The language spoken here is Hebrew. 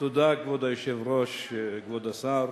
כבוד היושב-ראש, תודה, כבוד השר,